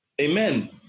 Amen